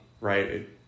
right